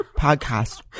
podcast